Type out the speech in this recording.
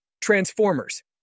Transformers